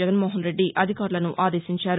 జగన్మోహన్రెడ్ది అధికారులను అదేశించారు